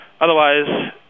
Otherwise